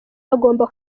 agomba